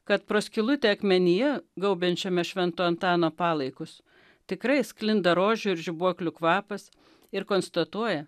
kad pro skylutę akmenyje gaubiančiame švento antano palaikus tikrai sklinda rožių ir žibuoklių kvapas ir konstatuoja